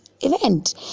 event